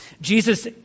Jesus